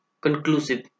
conclusive